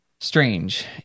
Strange